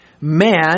man